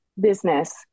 business